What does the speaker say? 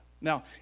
Now